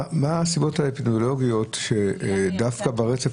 מה הסיבות האפידמיולוגיות שדווקא ברצף